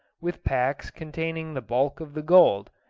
with packs containing the bulk of the gold,